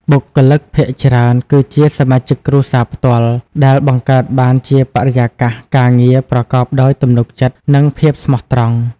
បុគ្គលិកភាគច្រើនគឺជាសមាជិកគ្រួសារផ្ទាល់ ដែលបង្កើតបានជាបរិយាកាសការងារប្រកបដោយ ទំនុកចិត្ត និងភាពស្មោះត្រង់។